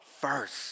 first